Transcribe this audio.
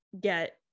get